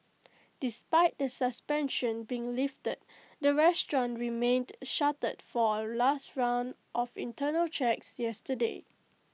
despite the suspension being lifted the restaurant remained shuttered for A last round of internal checks yesterday